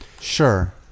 Sure